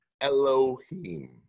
Elohim